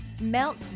Melt